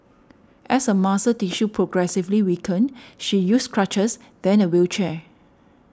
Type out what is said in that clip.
as her muscle tissue progressively weakened she used crutches then a wheelchair